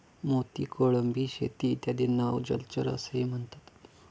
मोती, कोळंबी शेती इत्यादींना जलचर असेही म्हणतात